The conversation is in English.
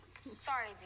Sorry